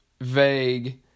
vague